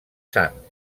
sant